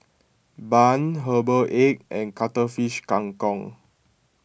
Bun Herbal Egg and Cuttlefish Kang Kong